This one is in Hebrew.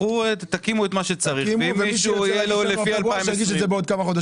תקימו את מה שצריך ואם למישהו יהיה לפי 2020,